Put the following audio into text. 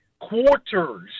quarters